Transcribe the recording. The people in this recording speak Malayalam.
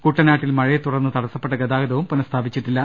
കുട്ടനാട്ടിൽ മഴയെത്തുടർന്ന് തടസ്സപ്പെട്ട ഗതാഗതവും പുനഃ സ്ഥാപിച്ചിട്ടില്ല